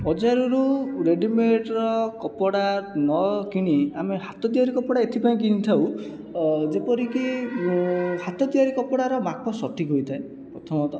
ବଜାରରୁ ରେଡିମେଡ୍ର କପଡ଼ା ନ କିଣି ଆମେ ହାତ ତିଆରି କପଡ଼ା ଏଥିପାଇଁ କିଣିଥାଉ ଯେପରିକି ହାତ ତିଆରି କପଡ଼ାର ମାପ ସଠିକ୍ ହୋଇଥାଏ ପ୍ରଥମତଃ